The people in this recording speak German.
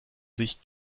sich